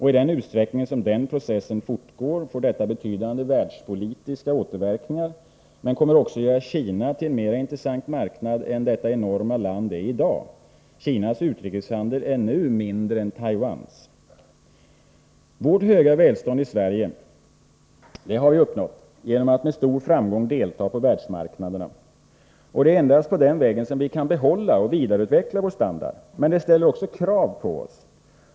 I den utsträckning som denna process fortgår får detta betydande världspolitiska återverkningar men kommer också att göra Kina till en mera intressant marknad än detta enorma land i dag är. Kinas utrikeshandel är nu mindre än Taiwans. Vårt höga välstånd i Sverige har vi uppnått genom att med framgång delta på världsmarknaderna. Det är endast på den vägen vi kan behålla och vidareutveckla vår standard. Men det ställer också krav på oss.